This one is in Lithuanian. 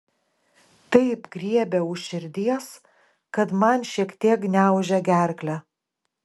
taip griebia už širdies kad man šiek tiek gniaužia gerklę